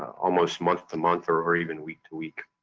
almost month to month or or even week to week.